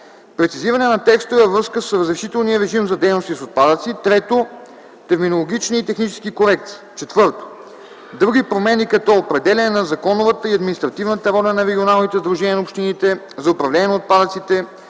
Прецизиране на текстове във връзка с разрешителния режим за дейности с отпадъци. 3. Терминологични и технически корекции. 4. Други промени като: определяне на законовата и административната роля на регионалните сдружения на общините